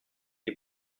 les